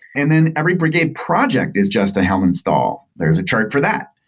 and then every brigade project is just a helm install. there's a chart for that.